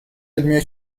علمی